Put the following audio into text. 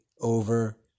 over